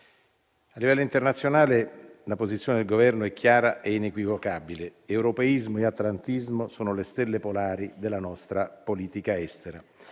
A livello internazionale la posizione del Governo è chiara e inequivocabile: europeismo e atlantismo sono le stelle polari della nostra politica estera.